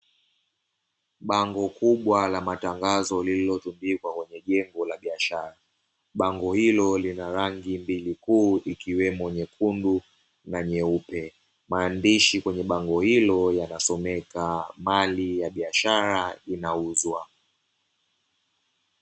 Bango kubwa la matangazo lililotundikwa kwenye jengo la biashara, bango hilo lina rangi mbili kuu ikiwemo nyekundu na nyeupe, maandishi kwenye bango hilo yanasomeka "Mali ya biashara inauzwa".